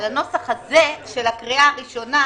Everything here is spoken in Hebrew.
הנוסח הזה של הקריאה הראשונה,